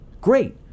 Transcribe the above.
Great